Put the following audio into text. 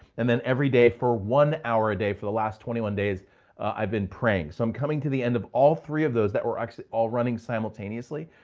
and then every day for one hour a day for the last twenty one days i've been praying. so i'm coming to the end of all three of those that were all running simultaneously.